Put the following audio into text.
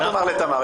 אל תאמר לתמר.